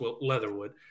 Leatherwood